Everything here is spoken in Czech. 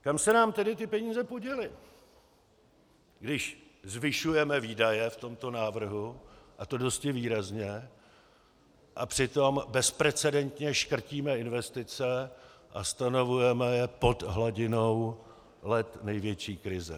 Kam se nám tedy ty peníze poděly, když zvyšujeme výdaje v tomto návrhu, a to dosti výrazně, a přitom bezprecedentně škrtíme investice a stanovujeme je pod hladinou let největší krize?